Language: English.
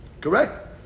Correct